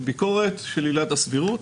מביקורת של עילת הסבירות.